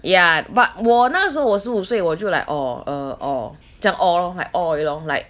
ya but 我那时候我十五岁我就来 orh err orh 这样 orh lor like orh lor like